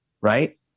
Right